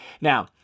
Now